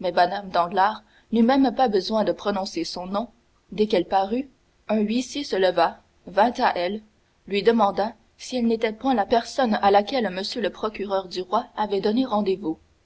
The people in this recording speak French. mais mme danglars n'eut pas même besoin de prononcer son nom dès qu'elle parut un huissier se leva vint à elle lui demanda si elle n'était point la personne à laquelle m le procureur du roi avait donné rendez-vous